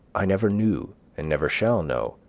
i never knew, and never shall know,